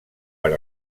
per